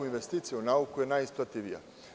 Investicija u nauku je najisplativija.